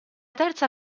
terza